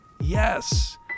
Yes